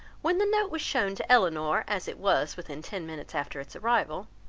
when the note was shown to elinor, as it was within ten minutes after its arrival,